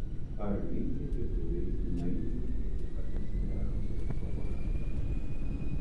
ar linkę lietuviai naiviai tikėti agresyvia rusijos propaganda